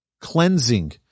cleansing